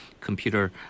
Computer